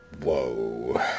Whoa